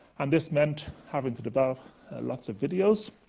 and this meant having to develop lots of videos